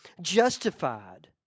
justified